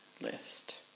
list